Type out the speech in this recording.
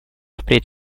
впредь